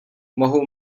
mohou